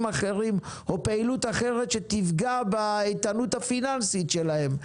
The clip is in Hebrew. אחרים או פעילות אחרת שתפגע באיתנות הפיננסית שלהם.